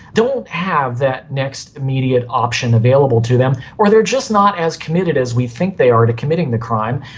they won't have that next immediate option available to them or they are just not as committed as we think they are to committing the crime.